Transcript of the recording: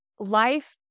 Life